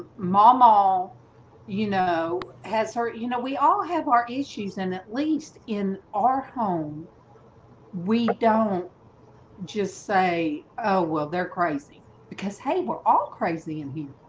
mom all you know has her, you know, we all have our issues and at least in our home we don't just say well, they're crazy because hey, we're all crazy in here.